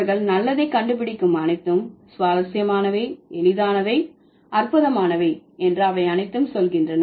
அவர்கள் நல்லதை கண்டுபிடிக்கும் அனைத்தும் சுவாரஸ்யமானவை எளிதானவை அற்புதமானவை என்று அவை அனைத்தும் சொல்கின்றன